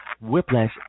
Whiplash